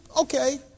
okay